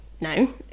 no